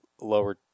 lower